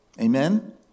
Amen